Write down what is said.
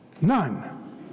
None